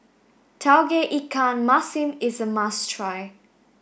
Tauge Ikan Masin is a must try